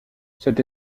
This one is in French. cette